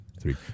three